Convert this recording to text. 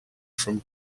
from